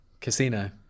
Casino